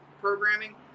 programming